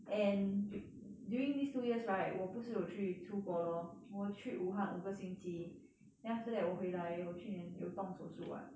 and pi~ during these two years right 我不是有去出国 lor 我去武汉五个星期 then after that 我回来我去年有动手术 [what]